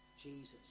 Jesus